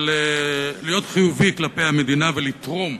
של להיות חיובי כלפי המדינה ולתרום,